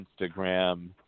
Instagram